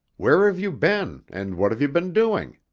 where have you been, and what have you been doing?